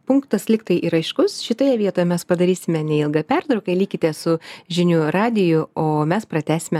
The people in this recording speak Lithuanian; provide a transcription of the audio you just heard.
punktas lygtai ir aiškus šitoje vietoje mes padarysime neilgą pertrauką likite su žinių radiju o mes pratęsime